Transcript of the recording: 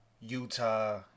utah